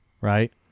right